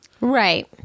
Right